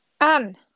Anne